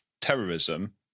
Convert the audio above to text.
terrorism